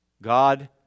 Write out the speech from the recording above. God